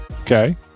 Okay